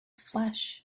flesh